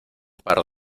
par